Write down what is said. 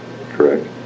correct